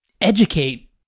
educate